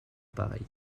pareille